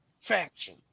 faction